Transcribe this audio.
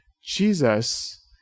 Jesus